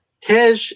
Tej